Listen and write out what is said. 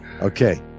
okay